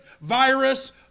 virus